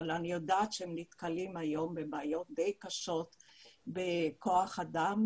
אני יודעת שהם נתקלים היום בבעיות די קשות בכוח אדם.